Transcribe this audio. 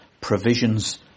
provisions